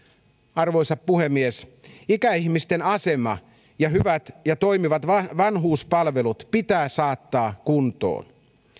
arvoisa puhemies ikäihmisten asema ja hyvät ja toimivat vanhuspalvelut pitää saattaa kuntoon